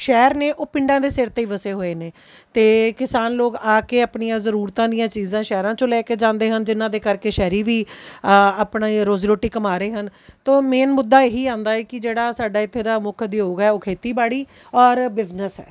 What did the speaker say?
ਸ਼ਹਿਰ ਨੇ ਉਹ ਪਿੰਡਾਂ ਦੇ ਸਿਰ 'ਤੇ ਹੀ ਵਸੇ ਹੋਏ ਨੇ ਅਤੇ ਕਿਸਾਨ ਲੋਕ ਆ ਕੇ ਆਪਣੀਆਂ ਜ਼ਰੂਰਤਾਂ ਦੀਆਂ ਚੀਜ਼ਾਂ ਸ਼ਹਿਰਾਂ 'ਚੋਂ ਲੈ ਕੇ ਜਾਂਦੇ ਹਨ ਜਿਹਨਾਂ ਦੇ ਕਰਕੇ ਸ਼ਹਿਰੀ ਵੀ ਆਪਣੇ ਰੋਜ਼ ਰੋਟੀ ਕਮਾ ਰਹੇ ਹਨ ਤੋ ਮੇਨ ਮੁੱਦਾ ਇਹੀ ਆਉਂਦਾ ਹੈ ਕਿ ਜਿਹੜਾ ਸਾਡਾ ਇੱਥੇ ਦਾ ਮੁੱਖ ਉਦਯੋਗ ਹੈ ਉਹ ਖੇਤੀਬਾੜੀ ਔਰ ਬਿਜਨਸ ਹੈ